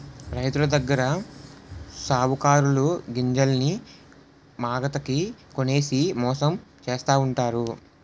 రైతులదగ్గర సావుకారులు గింజల్ని మాగతాకి కొనేసి మోసం చేస్తావుంటారు